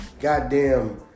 Goddamn